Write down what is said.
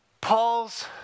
Paul's